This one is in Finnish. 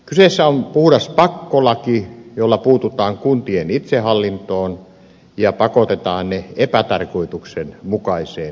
kyseessä on puhdas pakkolaki jolla puututaan kuntien itsehallintoon ja pakotetaan ne epätarkoituksenmukaiseen yhteistyöhön